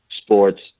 Sports